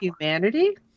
humanity